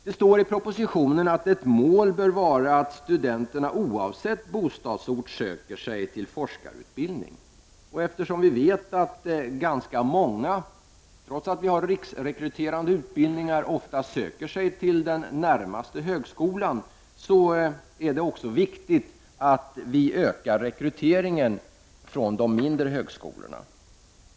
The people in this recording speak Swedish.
Det står i propositionen att ett mål bör vara att studenterna oavsett bostadsort söker sig till forskarutbildning. Eftersom vi vet att ganska många, trots att vi har riksrekryterande utbildningar, ofta söker sig till den närmaste högskolan, är det också viktigt att vi ökar rekryteringen från de mindre högskolorna.